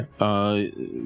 Okay